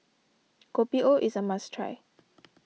Kopi O is a must try